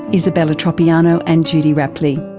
isabella tropiano and judy rapley.